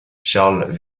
charles